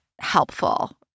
helpful